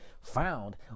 found